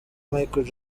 micheal